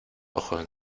ojos